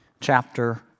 chapter